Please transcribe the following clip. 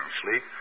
sleep